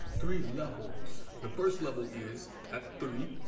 three levels. the first level is at three.